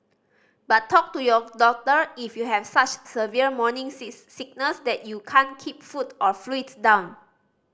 but talk to your doctor if you have such severe morning sees sickness that you can't keep food or fluids down